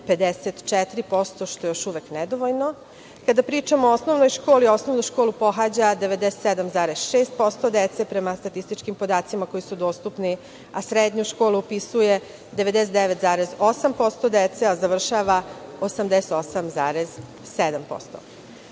54%, što je još uvek nedovoljno. Kada pričamo o osnovnoj školi, osnovnu školu pohađa 97,6% dece prema statističkim podacima koji su dostupni, a srednju školu upisuje 99,8% dece, a završava